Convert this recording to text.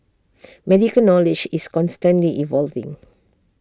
medical knowledge is constantly evolving